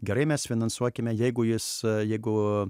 gerai mes finansuokime jeigu jis jeigu